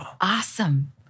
Awesome